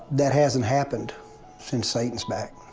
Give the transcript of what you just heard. that hasn't happened since satan's back,